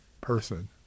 person